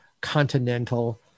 continental